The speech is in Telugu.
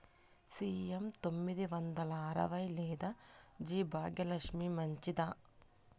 సి.ఎం తొమ్మిది వందల అరవై లేదా జి భాగ్యలక్ష్మి మంచిదా?